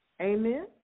Amen